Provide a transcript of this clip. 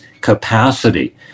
capacity